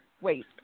Wait